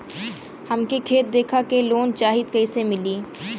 हमके खेत देखा के लोन चाहीत कईसे मिली?